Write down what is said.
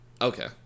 Okay